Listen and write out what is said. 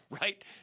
right